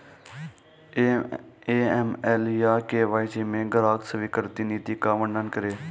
AML या KYC में ग्राहक स्वीकृति नीति का वर्णन करें?